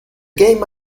game